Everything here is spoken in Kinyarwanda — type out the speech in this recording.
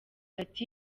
ati